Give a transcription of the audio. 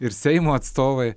ir seimo atstovai